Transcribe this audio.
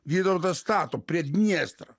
vytautas stato prie dniestro